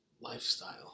Lifestyle